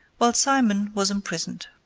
while simon was imprisoned.